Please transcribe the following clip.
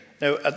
Now